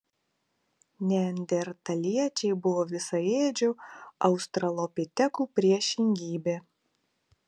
neandertaliečiai buvo visaėdžių australopitekų priešingybė